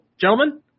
gentlemen